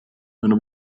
eine